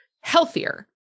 healthier